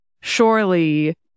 Surely